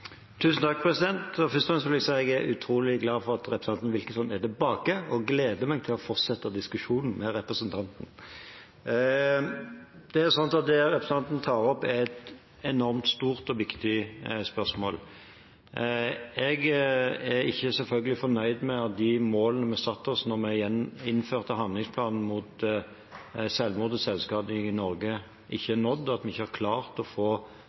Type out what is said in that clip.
Først og fremst vil jeg si at jeg er utrolig glad for at representanten Wilkinson er tilbake, og jeg gleder meg til å fortsette diskusjonen med ham. Det representanten tar opp, er et enormt stort og viktig spørsmål. Jeg er selvfølgelig ikke fornøyd med at de målene vi satte oss da vi innførte handlingsplanen mot selvmord og selvskading i Norge, ikke er nådd, og at vi ikke har klart å